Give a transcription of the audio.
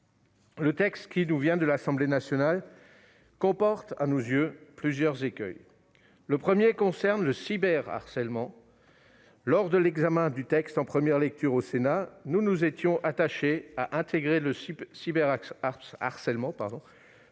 Le texte qui nous vient de l'Assemblée nationale comporte à nos yeux plusieurs écueils. Le premier concerne le cyberharcèlement. Lors de l'examen du texte en première lecture au Sénat, nous nous étions attachés à y intégrer ce phénomène